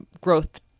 growth